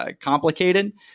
Complicated